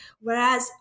Whereas